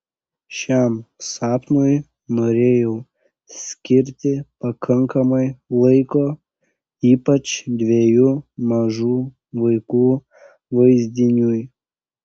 šiam sapnui norėjau skirti pakankamai laiko ypač dviejų mažų vaikų vaizdiniui